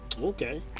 okay